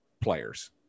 players